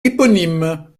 éponyme